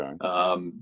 Okay